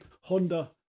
Honda